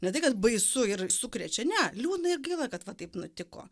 ne tai kad baisu ir sukrečia ne liūdna ir gaila kad va taip nutiko